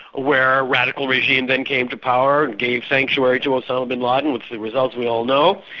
where a radical regime then came to power and gave sanctuary to osama bin laden, with the results we all know.